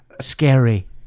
Scary